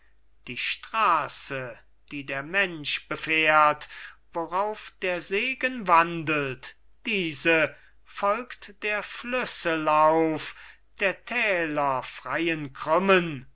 die straße die der mensch befährt worauf der segen wandelt diese folgt der flüsse lauf der täler freien krümmen